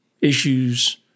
issues